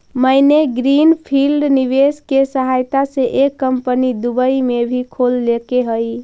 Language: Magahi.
मैंने ग्रीन फील्ड निवेश के सहायता से एक कंपनी दुबई में भी खोल लेके हइ